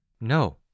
No